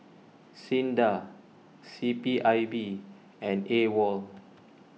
Sinda C P I B and Awol